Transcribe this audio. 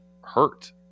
hurt